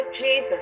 Jesus